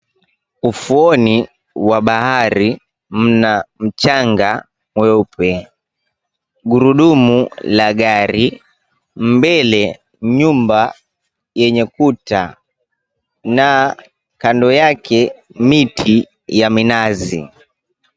Ufuoni wa bahari, mna mchanga mweupe. Gurudumu la gari, mbele nyumba yenye kuta na kando yake miti ya minazi.